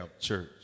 church